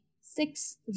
six